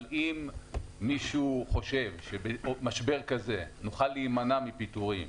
אבל אם מישהו חושב שבמשבר כזה נוכל להימנע מפיטורים,